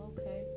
Okay